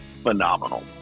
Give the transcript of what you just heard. phenomenal